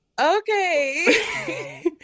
okay